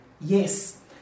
Yes